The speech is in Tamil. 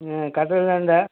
ம் கடல் நண்டா